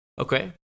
okay